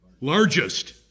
largest